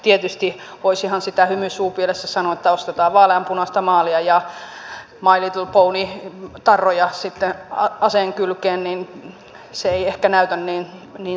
tietysti voisihan sitä hymy suupielessä sanoa että ostetaan vaaleanpunaista maalia ja my little pony tarroja aseenkylkeen niin se ei ehkä näytä niin sotaisalta sitten